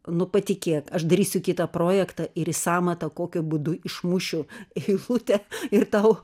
nu patikėk aš darysiu kitą projektą ir į sąmatą kokiu būdu išmušiu eilutę ir tau